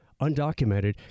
undocumented